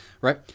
right